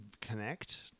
connect